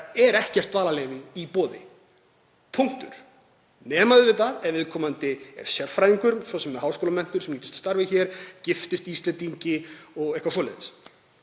er ekkert dvalarleyfi í boði. Punktur. Nema auðvitað ef viðkomandi er sérfræðingur, svo sem með háskólamenntun sem nýtist í starfi hér, giftist Íslendingi og eitthvað svoleiðis.